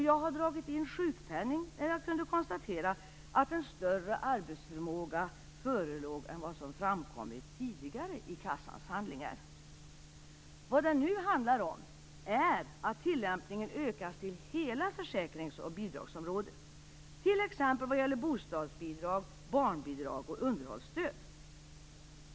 Jag har dragit in sjukpenning, när jag kunde konstatera att en större arbetsförmåga förelåg än vad som framkommit tidigare i kassans handlingar. Vad det nu handlar om är att tillämpningen ökas till hela försäkrings och bidragsområdet, t.ex. i fråga om bostadsbidrag, barnbidrag och underhållsstöd.